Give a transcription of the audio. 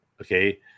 Okay